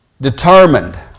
determined